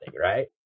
right